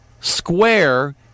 square